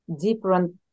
different